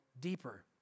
deeper